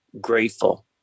grateful